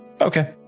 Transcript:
Okay